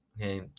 Okay